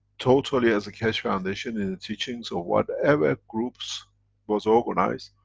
totally as a keshe foundation in the teachings or whatever groups was organized,